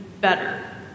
better